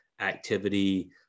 activity